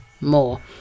more